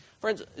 Friends